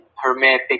hermetic